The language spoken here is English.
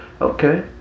Okay